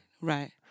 right